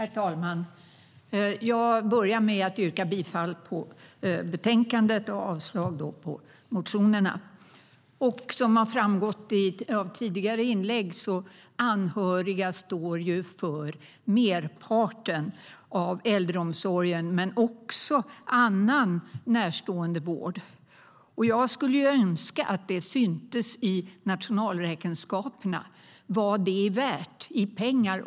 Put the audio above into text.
Herr talman! Jag börjar med att yrka bifall till utskottets förslag i betänkandet och avslag på motionerna. Som framgått av tidigare inlägg står anhöriga för merparten av äldreomsorgen men också för annan närståendevård. Jag skulle önska att det syntes i nationalräkenskaperna vad det är värt i pengar.